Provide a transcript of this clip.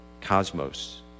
Cosmos